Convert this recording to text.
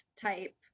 type